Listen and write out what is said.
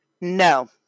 No